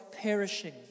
perishing